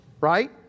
right